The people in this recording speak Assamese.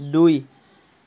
দুই